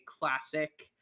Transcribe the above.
classic